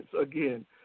Again